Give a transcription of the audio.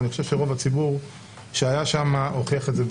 ואני חושב שרוב הציבור שהיה שם הוכיח את זה.